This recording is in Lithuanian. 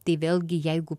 tai vėlgi jeigu